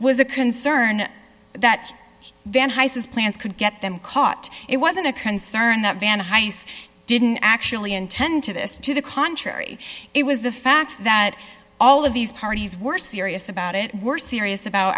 was a concern that van high says plans could get them caught it wasn't a concern that van heist didn't actually intend to this to the contrary it was the fact that all of these parties were serious about it were serious about